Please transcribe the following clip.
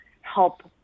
help